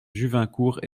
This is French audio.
juvincourt